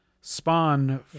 spawn